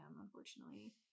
unfortunately